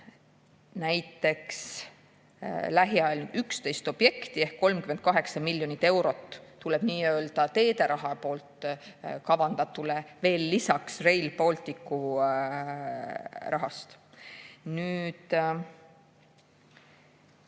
Näiteks, lähiajal 11 objekti ehk 38 miljonit eurot tuleb nii-öelda teeraha poolt kavandatule veel lisaks Rail Balticu rahast. Suur